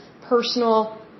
personal